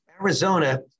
Arizona